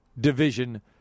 division